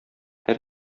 һәр